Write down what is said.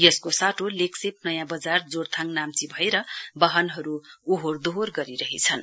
यसको साटो लेग्सेप नयाँबजार जोरथाङ नाम्ची भएर बाहनहरु ओहोर दोहोर गरिरहेछन्